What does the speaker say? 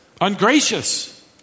ungracious